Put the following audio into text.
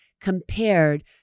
compared